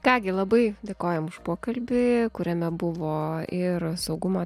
ką gi labai dėkojam už pokalbį kuriame buvo ir saugumo